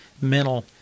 mental